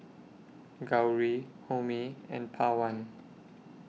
Gauri Homi and Pawan